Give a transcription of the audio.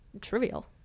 Trivial